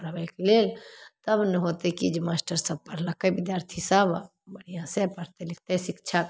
पढ़बैके लेल तब ने होतै कि जे मास्टरसभ पढ़लकै विद्यार्थीसभ बढ़िआँसे पढ़तै लिखतै शिक्षा